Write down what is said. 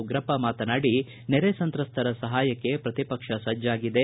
ಉಗ್ರಪ್ಪ ಮಾತನಾಡಿ ನೆರೆ ಸಂತ್ರಸ್ತರ ಸಹಾಯಕ್ಕೆ ಪ್ರತಿಪಕ್ಷ ಸಜ್ಜಾಗಿದೆ